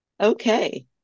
Okay